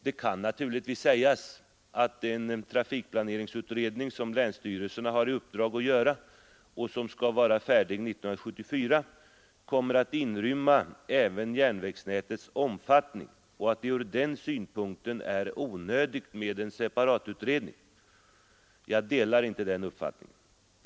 Det kan naturligtvis sägas att den trafikplaneringsutredning som länsstyrelserna har i uppdrag att genomföra och som skall vara färdigt 1974 kommer att inrymma även järnvägsnätets omfattning och att det ur den synpunkten är onödigt med en separatutredning. Jag delar inte den uppfattningen.